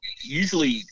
usually